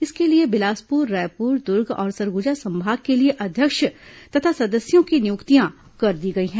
इसके लिए बिलासपुर रायपुर दुर्ग और सरगुजा संभाग के लिए अध्यक्ष तथा सदस्यों की नियुक्तियां कर दी गई हैं